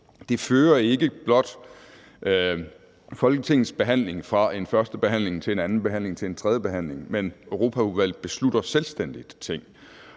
Det fører ikke blot Folketingets behandling fra en første behandling til en anden behandling og tredje behandling, men Europaudvalget beslutter selvstændigt ting.